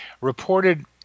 reported